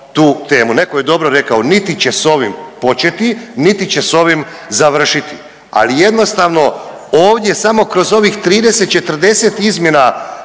Netko je dobro rekao niti će s ovim početi, niti će s ovim završiti, ali jednostavno ovdje samo kroz ovih 30-40 izmjena